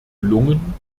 gelungen